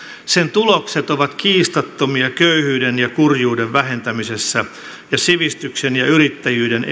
sen tulokset ovat kiistattomia köyhyyden ja kurjuuden vähentämisessä ja sivistyksen ja yrittäjyyden